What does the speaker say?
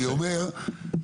אני אומר,